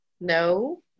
No